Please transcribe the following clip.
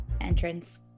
entrance